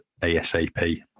ASAP